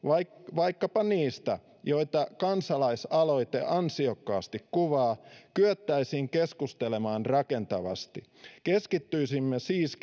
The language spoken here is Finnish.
vaikkapa niistä joita kansalaisaloite ansiokkaasti kuvaa kyettäisiin keskustelemaan rakentavasti keskittyisimme siis